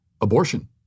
Abortion